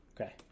Okay